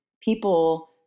people